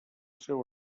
seu